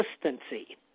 consistency